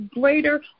greater